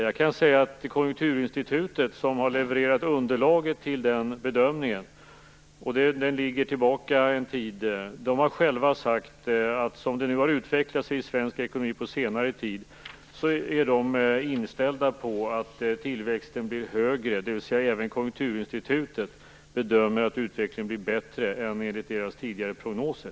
Jag kan påpeka att man på Konjunkturinstitutet, som tidigare har levererat underlaget till den bedömningen, har sagt att som det har utvecklat sig i svensk ekonomi på senare tid är man inställd på att tillväxten blir högre, dvs. även Konjunkturinstitutet bedömer att utvecklingen blir bättre än dess tidigare prognoser.